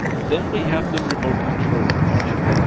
then we have the remote control option,